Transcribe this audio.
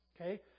Okay